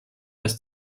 das